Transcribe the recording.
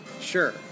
Sure